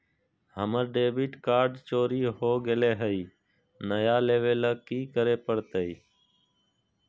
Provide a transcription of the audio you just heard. हमर debit card चोरी हो गेले हई, नया लेवे ल की करे पड़तई?